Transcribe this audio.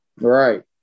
Right